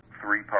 Three